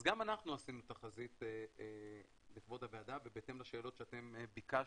אז גם אנחנו עשינו תחזית לכבוד הוועדה ובהתאם לשאלות שאתם ביקשתם,